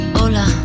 hola